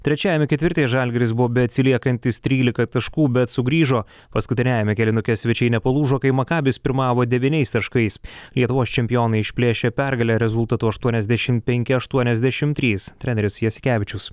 trečiajame ketvirtyje žalgiris buvo beatsiliekantis trylika taškų bet sugrįžo paskutiniajame kėlinuke svečiai nepalūžo kai makabis pirmavo devyniais taškais lietuvos čempionai išplėšė pergalę rezultatu aštuoniasdešim penki aštuoniasdešim trys treneris jasikevičius